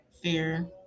Fear